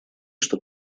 что